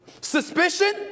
Suspicion